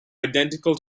identical